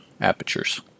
apertures